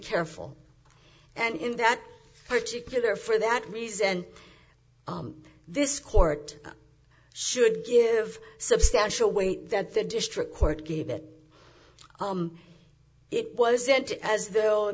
careful and in that particular for that reason this court should give substantial weight that the district court gave that it was sent as though